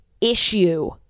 issue